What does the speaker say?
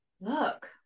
look